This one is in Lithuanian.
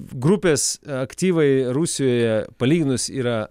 grupės aktyvai rusijoje palyginus yra